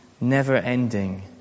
never-ending